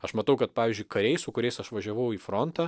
aš matau kad pavyzdžiui kariai su kuriais aš važiavau į frontą